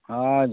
ᱦᱮᱸ